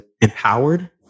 empowered